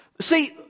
See